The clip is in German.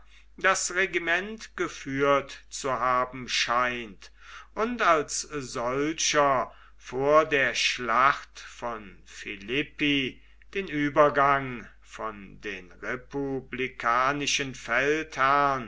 das regiment geführt zu haben scheint und als solcher vor der schlacht von philippi den übergang von den republikanischen feldherrn